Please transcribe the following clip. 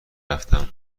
رفتم